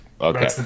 Okay